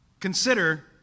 Consider